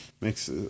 makes